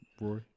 Roy